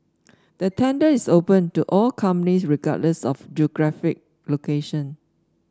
the tender is open to all companies regardless of geographic location